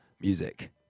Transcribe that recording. music